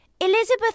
Elizabeth